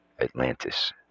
Atlantis